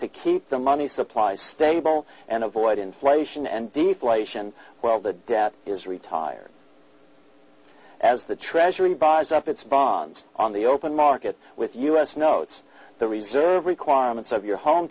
to keep the money supply stable and avoid inflation and deflation well the debt is retired as the treasury buys up its bonds on the open market with us notes the reserve requirements of your home